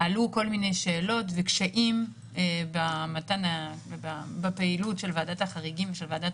עלו כל מיני שאלות וקשיים בפעילות של ועדת החריגים ושל ועדת